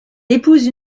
épouse